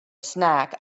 snack